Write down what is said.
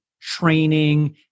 training